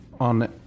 on